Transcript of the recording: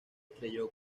estrelló